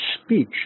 speech